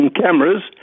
cameras